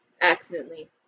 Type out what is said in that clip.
accidentally